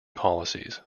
policies